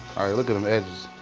look at them edges.